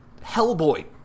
Hellboy